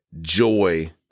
joy